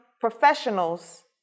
professionals